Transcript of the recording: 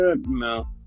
no